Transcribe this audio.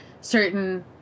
certain